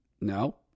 No